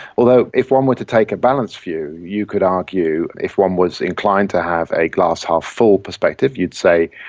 although if one were to take a balanced view, you could argue, if one was inclined to have a glass-half-full perspective you'd say,